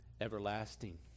everlasting